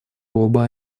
оба